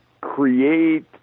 create